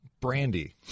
Brandy